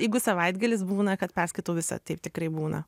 jeigu savaitgalis būna kad perskaitau visą taip tikrai būna